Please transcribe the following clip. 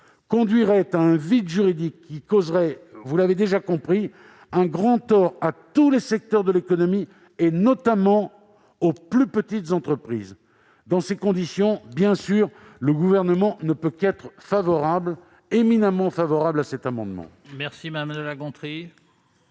conduirait à un vide juridique qui causerait un grand tort à tous les secteurs de l'économie, notamment aux plus petites entreprises. Dans ces conditions, le Gouvernement ne peut qu'être éminemment favorable à cet amendement.